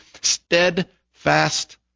steadfast